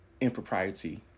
impropriety